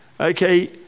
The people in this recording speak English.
okay